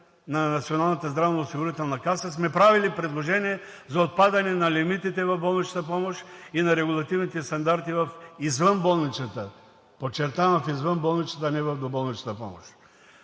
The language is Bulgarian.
на Националната здравноосигурителна каса сме правили предложения за отпадане на лимитите в болничната помощ и на регулативните стандарти в извънболничната, подчертавам – в извънболничната, а не в доболничната помощ.